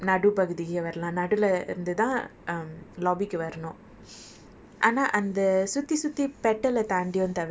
so அந்த:antha petal வழியா சுத்தி திரும்ப நடு பகுதி கீழை வரலாம் நடுவுலே இருந்துதான்:valiyaa suthi thirumba nadu paguthi keelei varalaam naduvulae irunthuthaan um lobby கு வரனும்:ku varanum